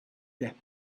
death